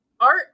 Art